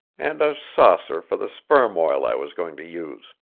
and a saucer for the sperm-oil i was going to use.